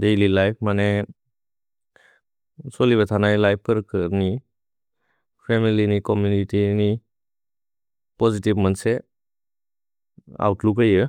Daily life मने सोलि बेथ न लिफे पर् कर्नि फमिल्य् नि। छोम्मुनित्य् नि पोसितिवे मन्से ओउत्लूक् जये।